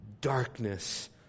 darkness